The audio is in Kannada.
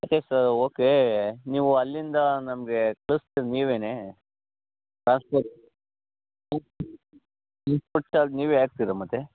ದಟ್ ಈಸ್ ಓಕೆ ನೀವು ಅಲ್ಲಿಂದ ನಮಗೆ ಕಳ್ಸ್ತೀರಾ ನೀವೇನೇ ಟ್ರಾನ್ಸ್ಪೋರ್ಟ್ ನೀವೇ ಹಾಕ್ತೀರ ಮತ್ತೆ